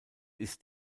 ist